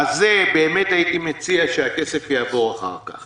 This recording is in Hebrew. באמת הייתי מציע שהכסף יעבור אחר כך.